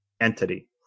entity